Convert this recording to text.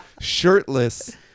shirtless